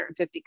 150